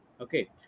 Okay